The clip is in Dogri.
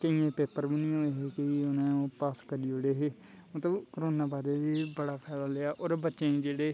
केइयें दे पेपर बी निं होए हे की उ'नें ओह् पास करी ओड़े हे होर मतलब कोरोना बारी बी बड़ा फैदा लेआ होर बच्चें गी जेह्ड़े